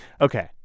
okay